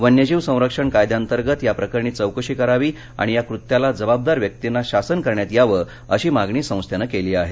वन्यजीव संरक्षण कायद्यांतर्गत या प्रकरणी चौकशी करावी आणि या कृत्याला जबाबदार व्यक्तींना शासन करण्यात यावं अशी मागणी संस्थेनं केली आहे